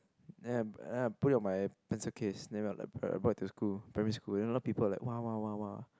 then I I put it on my pencil case then we're like I brought it to school primary school then a lot of people like !wah! !wah! !wah! !wah!